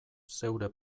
zeure